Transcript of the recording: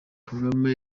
kagame